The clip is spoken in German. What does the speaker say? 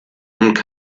und